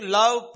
love